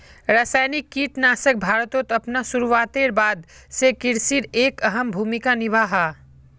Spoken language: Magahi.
रासायनिक कीटनाशक भारतोत अपना शुरुआतेर बाद से कृषित एक अहम भूमिका निभा हा